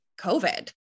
COVID